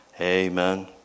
Amen